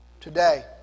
Today